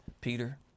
Peter